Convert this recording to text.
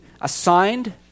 assigned